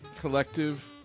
Collective